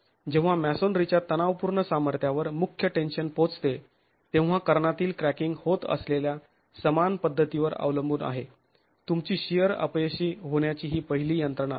जेव्हा मॅसोनरीच्या तणावपूर्ण सामर्थ्यावर मुख्य टेन्शन पोहोचते तेव्हा कर्णातील क्रॅकिंग होत असलेल्या समान पद्धतीवर अवलंबून आहे तुमची शिअर अपयशी होण्याची ही पहिली यंत्रणा आहे